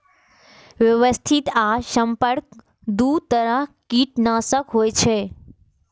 व्यवस्थित आ संपर्क दू तरह कीटनाशक होइ छै